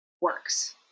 works